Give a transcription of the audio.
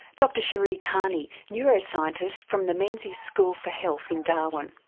dr sheree cairney, neuroscientist from the menzies school for health in darwin.